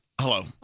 Hello